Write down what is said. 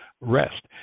rest